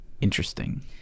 interesting